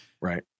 right